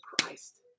Christ